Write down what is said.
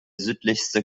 südlichste